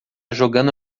jogando